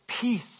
peace